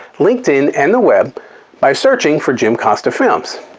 linkedin and the web by searching for jim costa films.